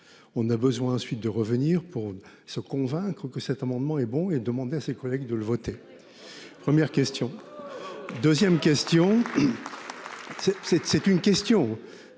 On a besoin ensuite de revenir pour se convaincre que cet amendement est bon et demandé à ses collègues de le voter. Première question. 2ème question. C'est c'est c'est une